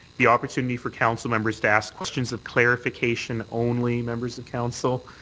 the opportunity for council members to ask questions of clarification only, members of council,